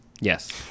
Yes